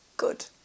good